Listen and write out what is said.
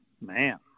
Man